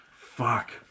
Fuck